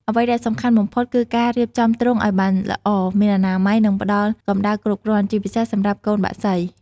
អ្វីដែលសំខាន់បំផុតគឺការរៀបចំទ្រុងឲ្យបានល្អ មានអនាម័យ និងផ្តល់កម្ដៅគ្រប់គ្រាន់ ជាពិសេសសម្រាប់កូនបក្សី។